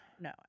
no